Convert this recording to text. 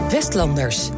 Westlanders